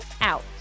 out